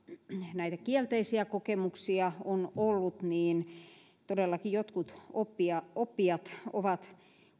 näitä kielteisiä kokemuksia on ollut niin todellakin jotkut oppijat oppijat ovat